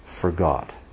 forgot